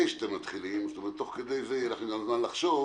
לפני שאתם מתחילים תוך כדי זה יהיה לכם גם זמן לחשוב,